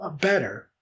better